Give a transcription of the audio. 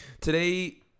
Today